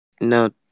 No